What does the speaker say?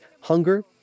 hunger